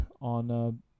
on